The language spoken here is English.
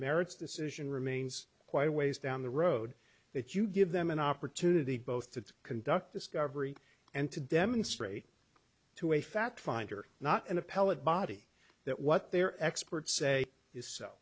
merits decision remains quite a ways down the road that you give them an opportunity both to conduct discovery and to demonstrate to a fact finder not an appellate body that what their experts say